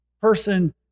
person